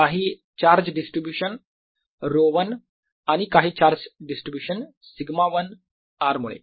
काही charge distribution ρ1 आणि काही चार्ज डिस्ट्रीब्यूशन σ1 r मुळे